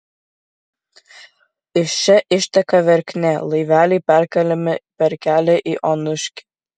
iš čia išteka verknė laiveliai perkeliami per kelią į onuškį